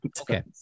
Okay